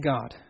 God